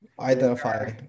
identify